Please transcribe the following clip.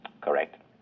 Correct